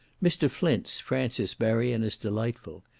mr. flint's francis berrian is delightful.